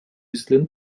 zealand